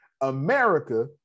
America